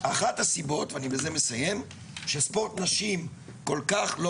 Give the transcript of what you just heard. אחת הסיבות שספורט נשים כל כך לא